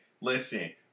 listen